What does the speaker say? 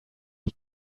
die